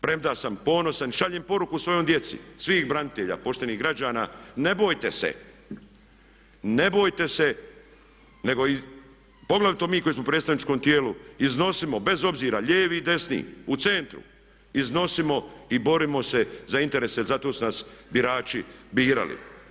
Premda sam ponosan i šaljem poruku svoj djeci svim braniteljima, poštenih građana, ne bojite se, ne bojite se, nego, poglavito mi koji smo u predstavničkom tijelu, iznosimo, bez obzira, lijevi i desni, u centru, iznosimo i borimo se za interese jer zato su nas birači birali.